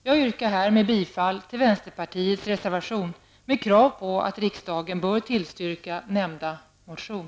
Jag yrkar härmed bifall till vänsterpartiets reservation med krav på att riksdagen bifaller nämnda motion.